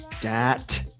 dat